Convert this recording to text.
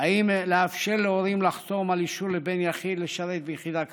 אם לאפשר להורים לחתום על אישור לבן יחיד לשרת ביחידה קרבית.